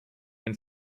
when